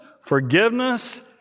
forgiveness